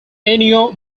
ennio